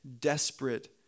desperate